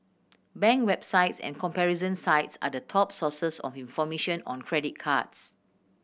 bank websites and comparison sites are the top sources of information on credit cards